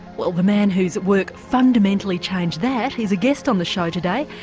well the man whose work fundamentally changed that is a guest on the show today,